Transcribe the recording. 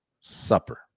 supper